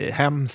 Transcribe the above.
hem